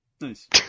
nice